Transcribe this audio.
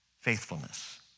faithfulness